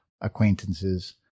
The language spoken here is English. acquaintances